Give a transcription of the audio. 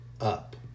up